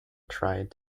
tried